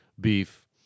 beef